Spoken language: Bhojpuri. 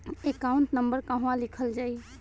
एकाउंट नंबर कहवा लिखल जाइ?